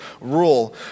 rule